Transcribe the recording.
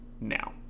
now